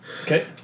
okay